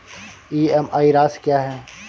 EMI राशि क्या है?